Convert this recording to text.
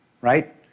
right